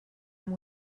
amb